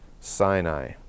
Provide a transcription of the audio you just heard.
Sinai